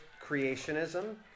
creationism